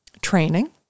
Training